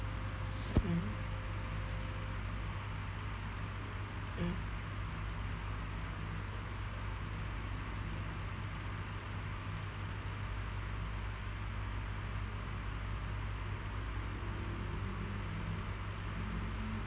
mm mm